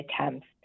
attempts